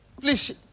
Please